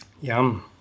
Yum